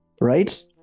right